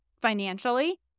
financially